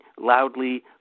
loudly